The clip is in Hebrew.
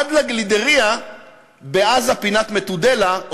עד לגלידרייה בעזה פינת מטודלה,